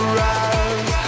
rise